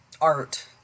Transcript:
art